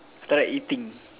try eating